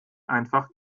einfach